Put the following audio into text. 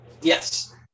Yes